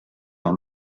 dans